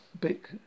big